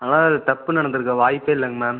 அதனால் அது தப்பு நடந்திருக்க வாய்ப்பே இல்லைங்க மேம்